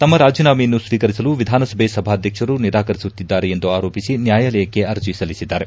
ತಮ್ಮ ರಾಜೀನಾಮೆಯನ್ನು ಸ್ವೀಕರಿಸಲು ವಿಧಾನಸಭೆ ಸಭಾಧ್ಯಕ್ಷರು ನಿರಾಕರಿಸುತ್ತಿದ್ದಾರೆ ಎಂದು ಆರೋಪಿಸಿ ನ್ಯಾಯಾಲಯಕ್ಕೆ ಅರ್ಜಿ ಸಲ್ಲಿಸಿದ್ದಾರೆ